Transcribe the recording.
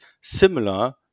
similar